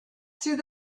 through